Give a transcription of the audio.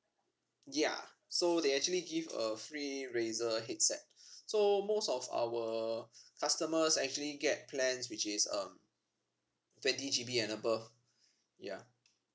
ya so they actually give a free razer headset so most of our customers actually get plans which is um twenty G B and above ya